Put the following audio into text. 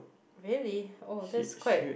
really oh that's quite